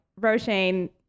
Roshane